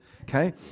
okay